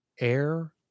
Air